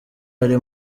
ari